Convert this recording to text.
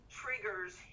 triggers